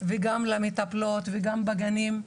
וגם למטפלות, גם בגני הילדים.